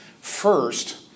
First